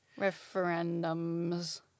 Referendums